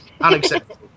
unacceptable